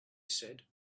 said